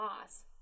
loss